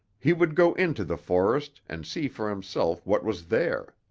he would go into the forest and see for himself what was there.